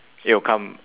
it will come